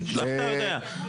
מאיפה אתה יודע?